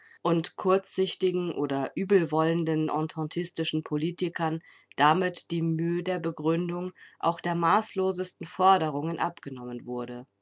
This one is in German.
und kurzsichtigen oder übelwollenden ententistischen politikern damit die mühe der begründung auch der maßlosesten forderungen abgenommen wurde